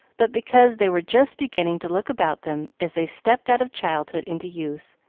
but because they were just beginning to look about them as they stepped out of childhood into youth,